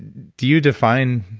do you define,